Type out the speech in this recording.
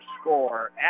score